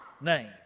name